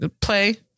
play